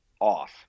off